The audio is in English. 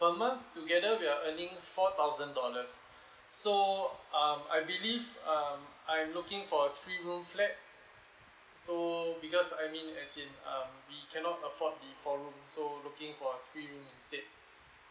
per month together we are earning four thousand dollars so um I believe um I'm looking for three room flat so because I mean as in um we cannot afford the four room so looking for three room instead